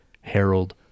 Harold